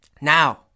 Now